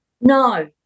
No